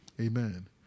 Amen